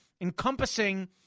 encompassing